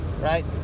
right